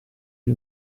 gli